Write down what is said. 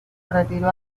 retiró